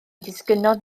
disgynnodd